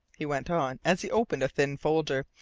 he went on, as he opened a thin folder.